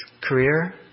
career